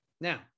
now